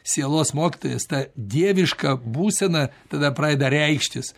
sielos mokytojas ta dieviška būsena tada pradeda reikštis